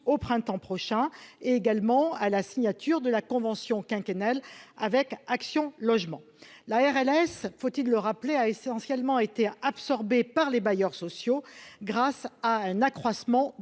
au printemps prochain, est également à la signature de la convention quinquennale avec Action Logement la RLS faut-il le rappeler, a essentiellement été absorbée par les bailleurs sociaux grâce à un accroissement